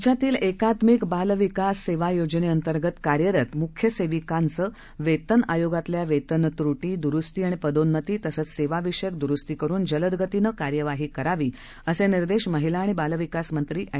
राज्यातील एकात्मिक बाल विकास सेवा योजनंतर्गत कार्यरत मुख्य सेविका यांचं वेतन आयोगातल्या वेतन त्रटी द्रुस्ती आणि पदोन्नती तसंच सेवा विषयक द्रुस्ती करुन जलदगतीनं कार्यवाही करावी असे निर्देश महिला आणि बाल विकास मंत्री एड